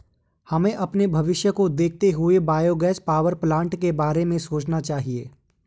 हमें अपने भविष्य को देखते हुए बायोगैस पावरप्लांट के बारे में सोचना चाहिए